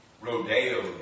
Rodeo